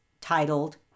titled